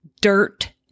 dirt